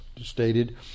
stated